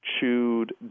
chewed